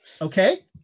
Okay